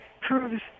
proves